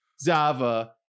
Zava